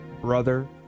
brother